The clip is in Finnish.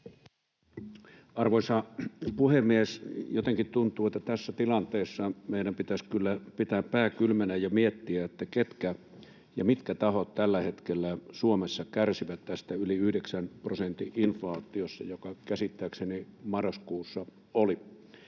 Arvoisa puhemies! Jotenkin tuntuu, että tässä tilanteessa meidän pitäisi kyllä pitää pää kylmänä ja miettiä, ketkä ja mitkä tahot tällä hetkellä Suomessa kärsivät tästä yli yhdeksän prosentin inflaatiosta, joka käsittääkseni marraskuussa oli.